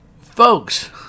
Folks